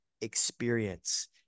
experience